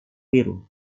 biru